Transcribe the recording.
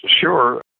sure